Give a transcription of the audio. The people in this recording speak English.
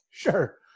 Sure